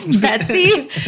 Betsy